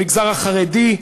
במגזר החרדי,